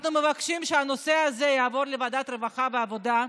אנחנו מבקשים שהנושא הזה יעבור לוועדת הרווחה והעבודה,